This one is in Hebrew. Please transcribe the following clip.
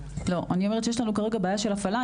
לא, אני אומרת שיש לנו כרגע בעיה של הפעלה.